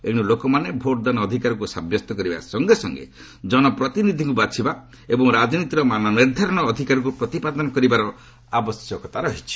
ଏଣୁ ଲୋକମାନେ ଭୋଟ୍ଦାନ ଅଧିକାରକୁ ସାବ୍ୟସ୍ତ କରିବା ସଙ୍ଗେ ସଙ୍ଗେ ଜନପ୍ରତିନିଧିକୁ ବାଛିବା ଏବଂ ରାଜନୀତିର ମାନ ନିର୍ଦ୍ଧାରଣ ଅଧିକାରକୁ ପ୍ରତିପାଦନ କରିବାର ଆବଶ୍ୟକତା ରହିଛି